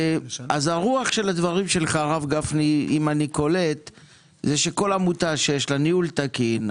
רוח הדברים של הרב גפני היא שכל עמותה שיש לה אישור ניהול תקין,